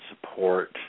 support